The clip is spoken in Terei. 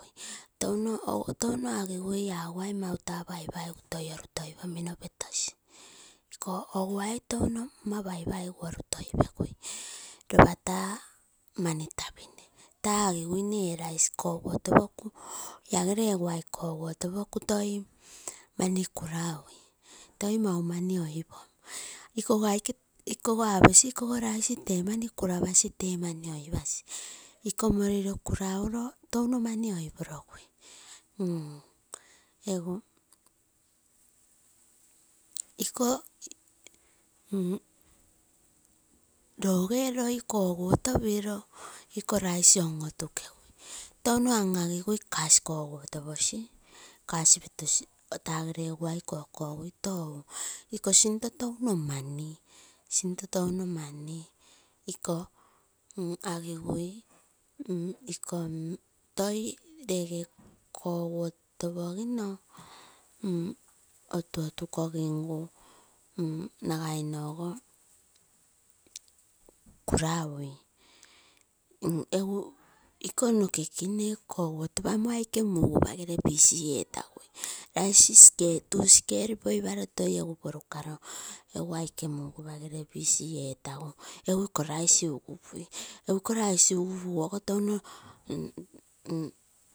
Touno agigui iaa ouguai taa ama paigu toi on netosi, onetomino petosi. Eko oguai touno taa ama paigu orutoi pegui taa mani tapinee, agiguine ee rice koguoto pokuu toi iaa gere koguoto pokuu toi mani keraui, toi mau mani oipam. Ikogo rice tee mani kurapasi tee mani oipasi. Ikoo morilo kuraulo touno mani oiporogui. Eguu ikoo rogee loi koguotopino, iko rice on otukegui, touno an agigui nkaz koguotoposi, nkaz tagere oguai kokogui iko sinto touno mani, sinto touno mani. Iko agigui mm iko toi tege kopuotopomino outu otu kogim nagai nno goo kulau ii eguu ikoo noke kenee koguotopamo aike mugupa gere busy etagui, nagai tuu skel poi paroo egu aike mugupagere busy etagui egu iko rice ugupui, ikoo rice ugupagu ogo touno.